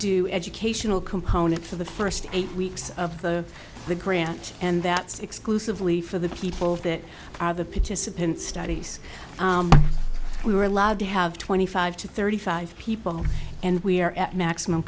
do educational component for the first eight weeks of the the grant and that's exclusively for the people that are the participants studies we were allowed to have twenty five to thirty five people and we are at maximum